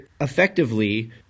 effectively –